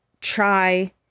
try